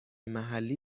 محلی